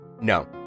No